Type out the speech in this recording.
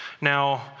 Now